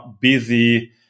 busy